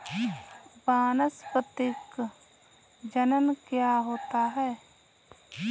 वानस्पतिक जनन क्या होता है?